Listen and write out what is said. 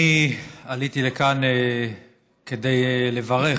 אני עליתי לכאן כדי לברך,